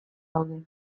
daude